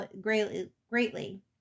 greatly